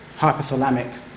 hypothalamic